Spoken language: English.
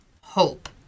hope